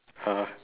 !huh!